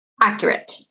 accurate